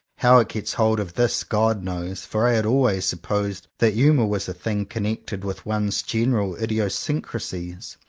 how it gets hold of this, god knows for i had always supposed that humour was a thing con nected with one's general idiosyncracies.